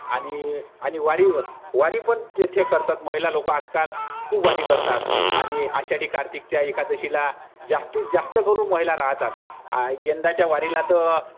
आणि आणि वारी वारी पण तेथे करतात महिला लोक आजकाल खूप वारी करतात आणि आषाठी कार्तिकच्या एकादशीला जास्तीत जास्त करून महिला राहतात आ यंदाच्या वारीला तर